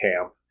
camp